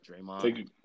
Draymond